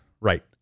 right